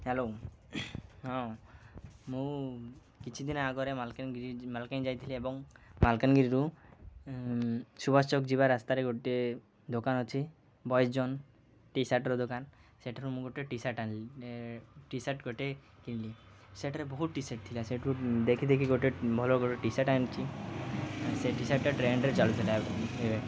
hello ହଁ ମୁଁ କିଛି ଦିନ ଆଗରେ ମାଲକାନଗିରି ମାଲକାନି ଯାଇଥିଲି ଏବଂ ମାଲକାନଗିରିରୁ ସୁବାଷ ଚକ ଯିବା ରାସ୍ତାରେ ଗୋଟେ ଦୋକାନ ଅଛି ବଏସ୍ ଜନ୍ ଟିସାର୍ଟର ଦୋକାନ ସେଠାରୁ ମୁଁ ଗୋଟେ ଟିସାର୍ଟ ଆଣିଲି ଟିସାର୍ଟ ଗୋଟେ କିଣିଲି ସେଠାରେ ବହୁତ ଟିସାର୍ଟ ଥିଲା ସେଠୁ ଦେଖି ଦେଖି ଗୋଟେ ଭଲ ଗୋଟେ ଟିସାର୍ଟ ଆଣିଛି ସେ ଟି ସାର୍ଟଟା ଟ୍ରେଣ୍ଡରେ ଚାଲୁଥିଲା ଏବେ